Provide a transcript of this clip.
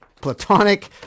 platonic